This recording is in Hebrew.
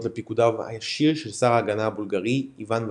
לפיקודו הישיר של שר ההגנה הבולגרי איוון ולקוב.